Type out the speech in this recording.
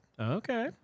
Okay